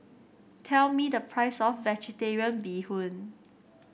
tell me the price of vegetarian Bee Hoon